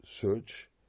search